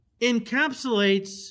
encapsulates